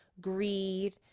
greed